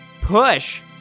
push